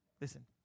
Listen